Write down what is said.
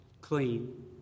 clean